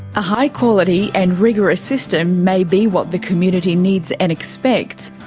a high-quality and rigorous system may be what the community needs and expects,